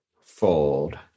Fold